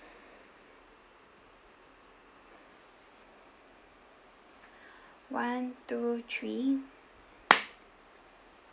one two three